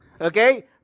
Okay